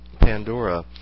Pandora